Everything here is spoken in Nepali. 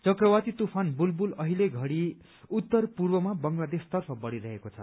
चक्रवाती तूफान बुलबुल अहिले घड़ी उत्तर पूर्वमा बंगलादेशतर्फ बढ़िरहेको छ